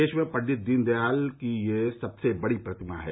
देश में पंडित दीनदयाल की यह सबसे बड़ी प्रतिमा है